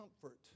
comfort